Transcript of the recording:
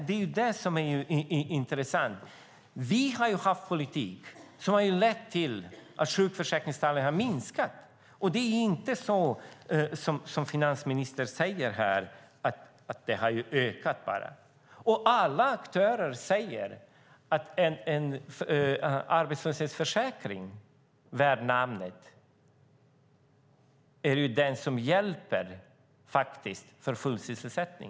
Det är det som är intressant. Vi har haft en politik som ledde till att sjukskrivningstalen minskade. Det är inte så som finansministern säger här, att det bara ökade. Alla aktörer säger att en arbetslöshetsförsäkring värd namnet är vad som faktiskt hjälper för full sysselsättning.